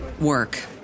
work